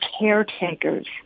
caretakers